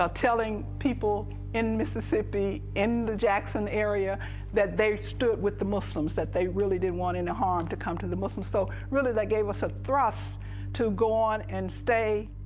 um telling people in mississippi in the jackson area that they stood with the muslims, that they really didn't want any harm to come to the muslims so really that gave us a thrust to go on and stay.